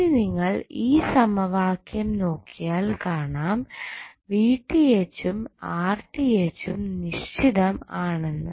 ഇനി നിങ്ങൾ ഈ സമവാക്യം നോക്കിയാൽ കാണാം ഉം ഉം നിശ്ചിതം ആണെന്ന്